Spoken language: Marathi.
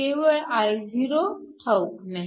केवळ Io ठाऊक नाही